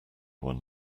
one